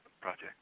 project